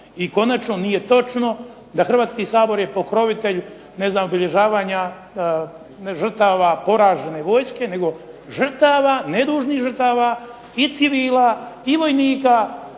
I konačno nije točno da Hrvatski sabor je pokrovitelj obilježavanja žrtava poražene vojske nego žrtava, nedužnih žrtava i civila i vojnika